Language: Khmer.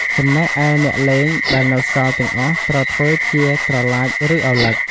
ចំណែកឯ អ្នកលេងដែលនៅសល់ទាំងអស់ត្រូវធ្វើជាត្រឡាចឬឪឡឹក។